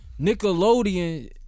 Nickelodeon